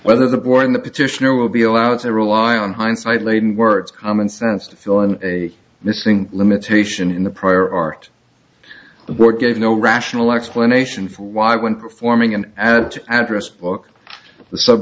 whether the board in the petitioner will be allowed to rely on hindsight laden words common sense to fill in a missing limitation in the prior art work gave no rational explanation for why when performing an add to address book